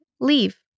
leave